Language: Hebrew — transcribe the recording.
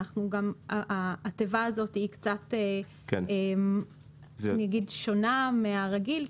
התיבה הזאת היא קצת שונה מהרגיל,